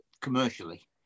commercially